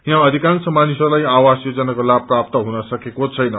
यहाँ अधिकांश मानिसहरूलाई आवास योजनाको लाभ प्राप्त हुन सकेको छैन